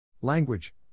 Language